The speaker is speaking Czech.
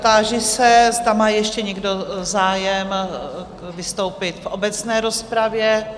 Táži se, zda má ještě někdo zájem vystoupit v obecné rozpravě?